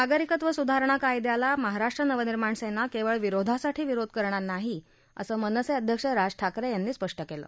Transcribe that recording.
नागरिकत्व सुधारणा कायद्याला महाराष्ट्र नवनिर्माण सेना केवळ विरोधासाठी विरोध करणार नाही असं मनसे अध्यक्ष राज ठाकरे यांनी स्पष्ट केलं